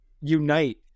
unite